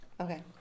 Okay